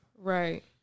Right